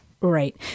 Right